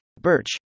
Birch